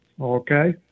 Okay